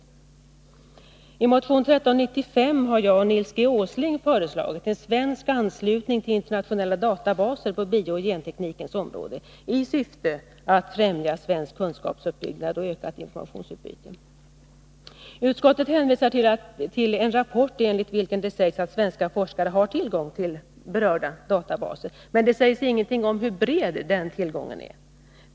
I motion 1982/83:1395 har jag och Nils G. Åsling föreslagit en svensk anslutning till internationella databaser på biooch genteknikens område, i syfte att främja svensk kunskapsuppbyggnad och ökat informationsutbyte. Utskottet hänvisar till en rapport enligt vilken det sägs att svenska forskare har tillgång till de berörda databaserna. Men det sägs inget om hur bred den tillgången är.